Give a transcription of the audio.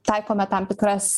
taikome tam tikras